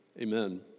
amen